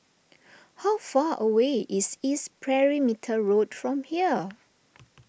how far away is East Perimeter Road from here